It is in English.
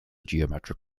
geometric